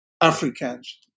Africans